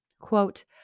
quote